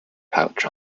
patch